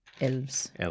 Elves